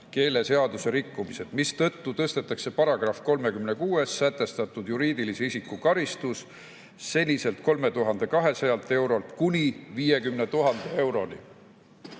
keeleseaduse rikkumised, mistõttu tõstetakse §‑s 36 sätestatud juriidilise isiku karistus seniselt 3200 eurolt kuni 50 000 euroni.